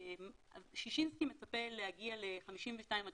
ששינסקי מצפה להגיע ל-52% עד